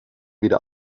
wieder